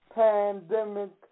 pandemic